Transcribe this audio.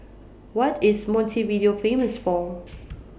What IS Montevideo Famous For